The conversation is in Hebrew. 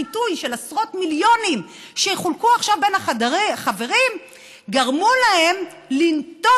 הפיתוי של עשרות מיליונים שיחולקו עכשיו בין החברים גרם להם לנטוש